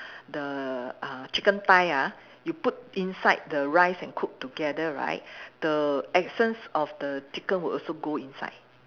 the uh chicken thigh ah you put inside the rice and cook together right the essence of the chicken will also go inside